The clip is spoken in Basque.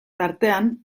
tartean